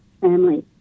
family